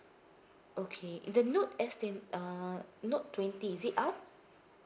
okay the note S twen~ uh note twenty is it out